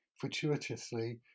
fortuitously